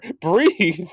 Breathe